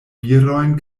virojn